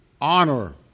honor